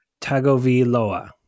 Tagoviloa